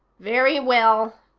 very well,